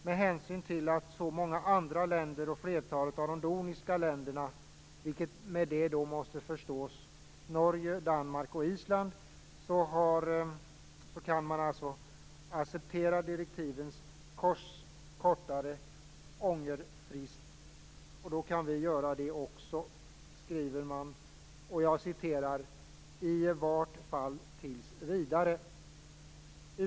Med hänsyn till att så många andra länder och flertalet av de nordiska länderna, vilket med det måste förstås Norge, Danmark och Island, har accepterat direktivets kortare ångerfrist kan vi göra det också i Sverige, skriver majoriteten -"- i vart fall tills vidare -".